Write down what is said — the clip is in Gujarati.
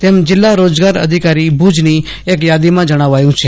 તેમ જીલ્લા રોજ્ગ્ર અધિકારી ભુજની એક યાદીમાં જણાવ્યું છે